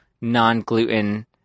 non-gluten